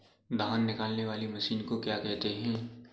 धान निकालने वाली मशीन को क्या कहते हैं?